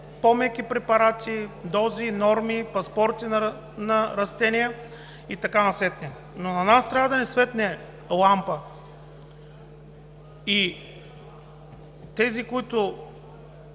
по-меки препарати, дози, норми, паспорти на растения и така насетне. На нас трябва да ни светне лампа и тези